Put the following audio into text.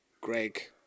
greg